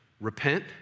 Repent